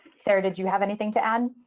sarah, did you have anything to add?